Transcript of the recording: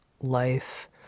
life